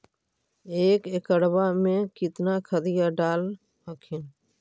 एक एकड़बा मे कितना खदिया डाल हखिन?